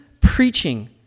preaching